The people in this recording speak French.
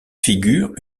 figure